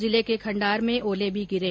जिले के खण्डार में ओले भी गिरे